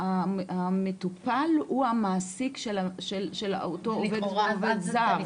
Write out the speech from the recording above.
המטופל הוא המעסיק של אותו עובד זר.